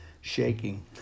shaking